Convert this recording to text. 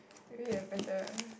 maybe you are better